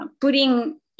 putting